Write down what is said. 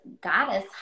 goddess